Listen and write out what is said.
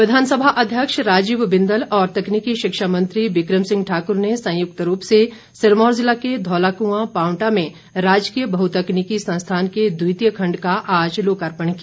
लोकार्पण विधानसभा अध्यक्ष राजीव बिंदल और तकनीकी शिक्षा मंत्री विक्रम सिंह ठाकर ने संयुक्त रूप से सिरमौर जिला के धौलाकुआ पांवटा में राजकीय बहुतकनीकी संस्थान के द्वितीय खण्ड का आज लोकार्पण किया